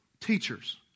Teachers